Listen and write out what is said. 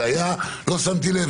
לא שמתי לב,